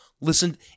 Listen